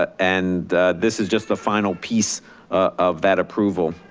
and this is just the final piece of that approval.